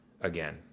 again